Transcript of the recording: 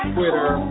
Twitter